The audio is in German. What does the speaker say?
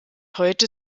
heute